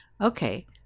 okay